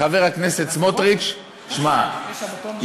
חבר הכנסת סמוטריץ, שמע, יש שבתון במקומיות?